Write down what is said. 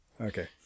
Okay